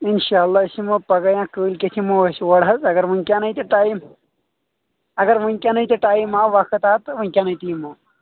انشاء اللہ أسۍ یمو پگہہ یا کٲلۍ کیٚتھ یمو أسۍ اور حظ اگر وٕنکٮ۪ن نی تہٕ ٹایم اگر وٕنکٮ۪ن نی تہٕ ٹایم آو وقت آو تہٕ وٕنکٮ۪ن نی تہٕ یمو